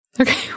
okay